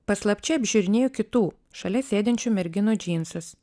paslapčia apžiūrinėju kitų šalia sėdinčių merginų džinsus